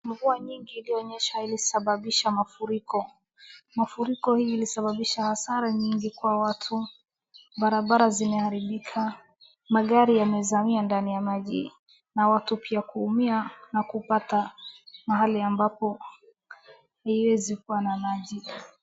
Mvua nyingi iliyonyesha ilisababisha mafuriko. Mafuriko hii ilisababisha hasara nyingi kwa watu. Barabara zimeharibika. Magari yamezamia ndani ya maji. Na watu pia kuumia na kupata mahali ambapo haiezi kuwa na maji.